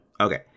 Okay